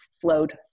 flowed